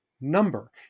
number